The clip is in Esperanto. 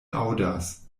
aŭdas